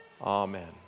Amen